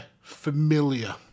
familiar